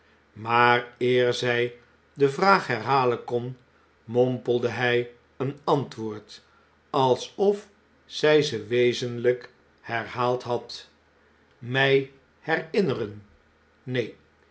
maar eer zg de vraag herhale'n kon mompelde hij een antwoord alsof zg ze wezenlgk herhaald had mg herftineren neen